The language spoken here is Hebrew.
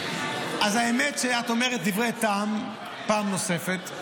האמת שאת אומרת דברי טעם פעם נוספת: